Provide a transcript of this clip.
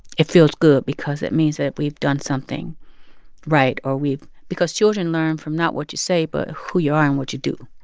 it feels good because it means that we've done something right or we because children learn from not what you say, but who you are and what you do.